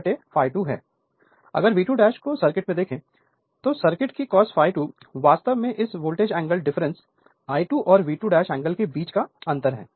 Refer Slide Time 0631 अगर V2 को circuit में देखें तो सर्किट कि cos ∅2 वास्तव में इस वोल्टेज एंगल डिफरेंस I2 और V2 एंगल के बीच का अंतर है